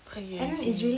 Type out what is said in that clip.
ookay ookay